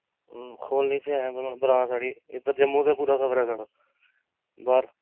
खोह्लनी ते है ब्रांच साढ़ी इद्धर जम्मू ते पूरा कवर ऐ साढ़ा बाह्र